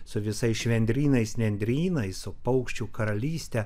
su visais švendrynais nendrynais su paukščių karalyste